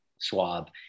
swab